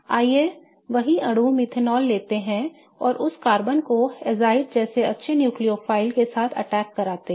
आइए वही अणु मेथनॉल को लेते हैं और इस कार्बन को अज़ाइड जैसे अच्छे न्यूक्लियोफाइल के साथ अटैक करते हैं